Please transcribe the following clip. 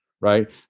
Right